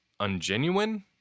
ungenuine